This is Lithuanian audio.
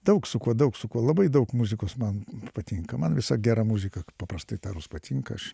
daug su kuo daug su kuo labai daug muzikos man patinka man visa gera muzika paprastai tarius patinka aš